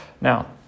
Now